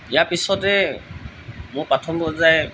ইয়াৰ পিছতে মোৰ প্ৰথম পৰ্য্য়ায়